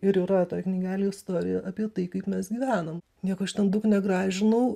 ir yra toj knygelėj istorija apie tai kaip mes gyvenam nieko aš ten daug negražinau